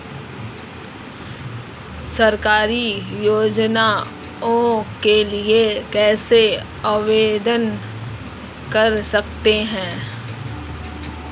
सरकारी योजनाओं के लिए कैसे आवेदन कर सकते हैं?